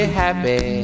happy